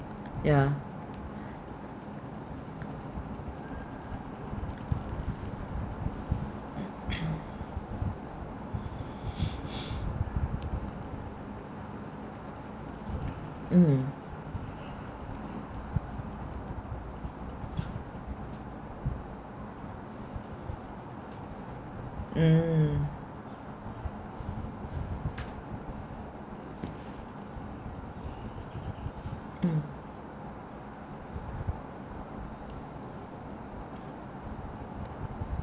ya mm mm um